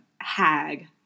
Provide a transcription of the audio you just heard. hag